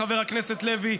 חבר הכנסת לוי,